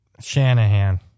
Shanahan